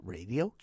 Radio